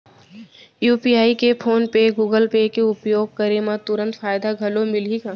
UPI के PhonePe या Google Pay के उपयोग करे म तुरंत फायदा घलो मिलही का?